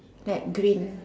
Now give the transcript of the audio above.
like green